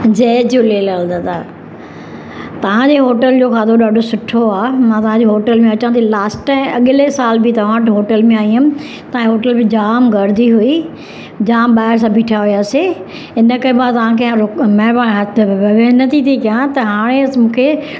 जय झूलेलाल दादा तव्हांजे होटल जो खाधो ॾाढो सुठो आहे मां तव्हांजी होटल में अचा थी लास्ट टाइम ऐं अॻिले साल बि तव्हां वटि होटल में आई हुअमि तव्हांजी होटल में जाम गर्दी हुई जाम ॿाहिरि सभु बीठा हुआ से हिन करे मां तव्हांखे वेनती थी कयां त हाणे मूंखे